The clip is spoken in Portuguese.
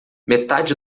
metade